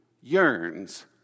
yearns